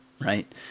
right